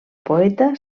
poeta